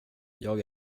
jag